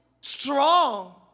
strong